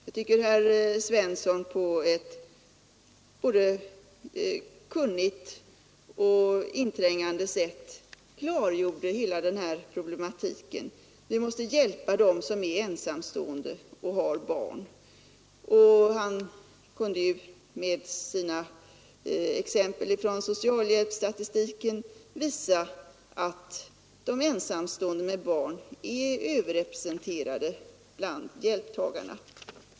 Jag tycker att herr Svensson på ett både kunnigt och inträngande sätt klargjorde hela den problematiken. Han kunde med sina exempel från socialhjäpsstatistiken visa att de ensamstående med barn är överrepresenterade bland hjälptagarna.